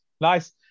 nice